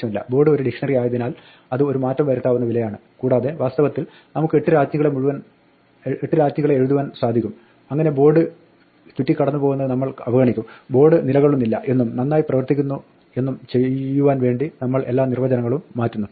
board ഒരു dictionary ആയതിനാൽ അത് ഒരു മാറ്റം വരുത്താവുന്ന വിലയാണ് കൂടാതെ വാസ്തവത്തിൽ നമുക്ക് എട്ട് രാജ്ഞികളെ എഴുതാൻ സാധിക്കും അങ്ങനെ ബോർഡ് ചുറ്റി കടന്നുപോകുന്നത് നമ്മൾ അവഗണിക്കും ബോർഡ് നിലകൊള്ളുന്നില്ല എന്നും നന്നായി പ്രവർത്തിക്കുന്നു എന്നും ചെയ്യുവാൻ വേണ്ടി നമ്മൾ എല്ലാ നിർവചനങ്ങളും മാറ്റുന്നു